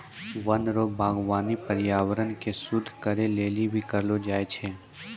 वन रो वागबानी पर्यावरण के शुद्ध करै लेली भी करलो जाय छै